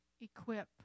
Equip